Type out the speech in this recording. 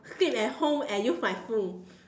sit at home and use my phone